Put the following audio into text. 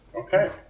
Okay